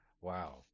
Wow